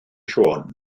siôn